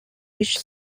which